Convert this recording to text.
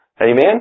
Amen